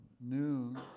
noon